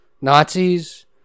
Nazis